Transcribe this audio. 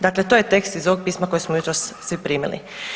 Dakle, to je tekst iz ovog pisma koji smo jutros svi primili.